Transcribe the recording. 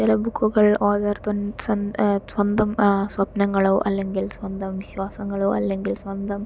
ചില ബുക്കുകൾ ഓതർ സ്വന്താ സ്വന്തം സ്വപ്നങ്ങളോ അല്ലെങ്കിൽ സ്വന്തം വിശ്വാസങ്ങളോ അല്ലെങ്കിൽ സ്വന്തം